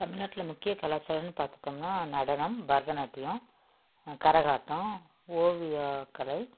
தமில்நாட்டில முக்கிய கலாச்சாரம்னு பார்த்துட்டோம்ன்னா நடனம் பரதநாட்டியம் கரகாட்டம் ஓவிய கலை